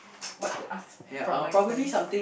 what to ask from my friends